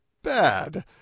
Bad